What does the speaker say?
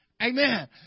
Amen